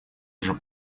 уже